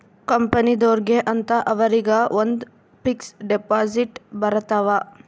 ಕಂಪನಿದೊರ್ಗೆ ಅಂತ ಅವರಿಗ ಒಂದ್ ಫಿಕ್ಸ್ ದೆಪೊಸಿಟ್ ಬರತವ